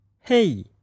hey